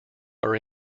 are